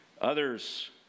Others